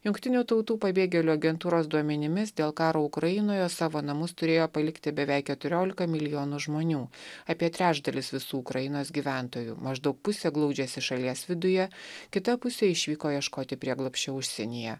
jungtinių tautų pabėgėlių agentūros duomenimis dėl karo ukrainoje savo namus turėjo palikti beveik keturiolika milijonų žmonių apie trečdalis visų ukrainos gyventojų maždaug pusė glaudžiasi šalies viduje kita pusė išvyko ieškoti prieglobsčio užsienyje